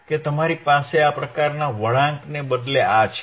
કે તમારી પાસે આ પ્રકારના વળાંકને બદલે આ છે